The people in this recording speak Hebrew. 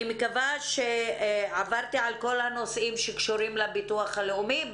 אני מקווה שעברתי על כל הנושאים שקשורים לביטוח הלאומי.